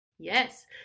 Yes